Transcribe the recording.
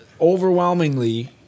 overwhelmingly